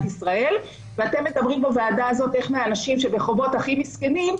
ישראל ואתם מדברים בוועדה הזאת איך מהאנשים שבחובות שהם הכי מסכנים,